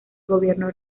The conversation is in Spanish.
gobierno